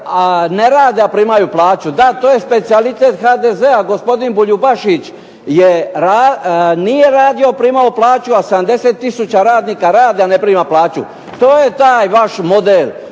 ne rade a primaju plaću. Da te specijalitet HDZ-a gospodin Buljubašić nije radio a primao plaću, a 70 tisuća radnika radi a ne prima plaću. To je taj vaš model.